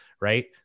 right